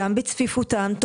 גם בצפיפותן,